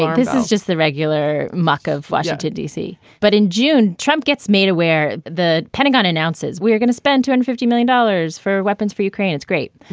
this is just the regular mark of washington, d c. but in june, trump gets made aware the pentagon announces we're going to spend two hundred and fifty million dollars for weapons for ukraine. it's great.